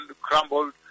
crumbled